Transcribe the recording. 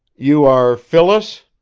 you are phyllis?